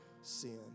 sin